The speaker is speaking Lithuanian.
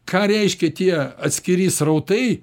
ką reiškia tie atskiri srautai